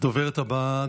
הדוברת הבאה,